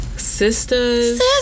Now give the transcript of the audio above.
Sisters